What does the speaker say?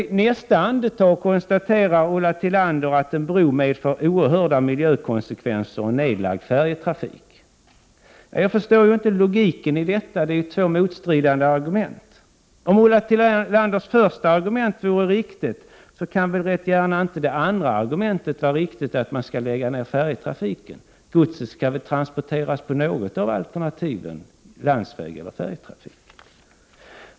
I nästa andetag konstaterar hon att en bro får 30 november 1988 oerhörda miljökonsekvenser och en nedlagd färjetrafik. Jag förstår inte Za od ee logiken i detta resonemang. Det är ju två motstridande argument. Om Ulla Tillanders första argument är riktigt kan ju inte gärna det andra också vara det. Godset måste väl transporteras antingen med färja eller på en fast förbindelse.